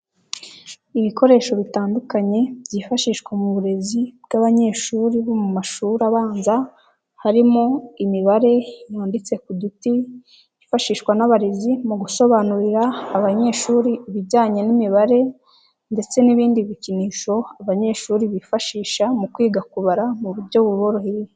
Ibikoresho bitandukanye byifashishwa mu burezi bw'abanyeshuri bo mu mashuri abanza harimo imibare yanditse ku duti ifashishwa n'abarezi mu gusobanurira abanyeshuri ibijyanye n'imibare, ndetse n'ibindi bikinisho abanyeshuri bifashisha mu kwiga kubara mu buryo buboroheye.